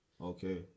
Okay